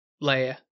layer